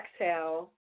exhale